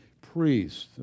priest